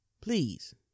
please